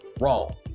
wrong